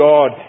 God